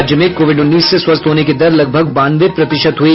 राज्य में कोविड उन्नीस से स्वस्थ होने की दर लगभग बानवे प्रतिशत हुई